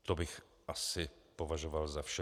To bych asi považoval za vše.